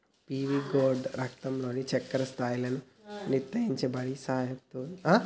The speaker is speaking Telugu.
పీవీ గోర్డ్ రక్తంలో చక్కెర స్థాయిలను నియంత్రించడంలో సహాయపుతుంది